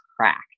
cracked